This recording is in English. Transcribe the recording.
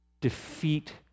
defeat